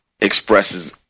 expresses